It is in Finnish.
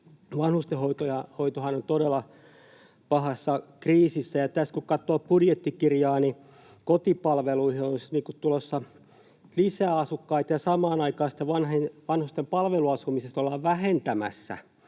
vanhustenhoitohan on todella pahassa kriisissä ja tässä kun katsoo budjettikirjaa, niin kotipalveluihin olisi tulossa lisää asukkaita ja samaan aikaan vanhusten palveluasumisesta ollaan vähentämässä.